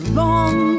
long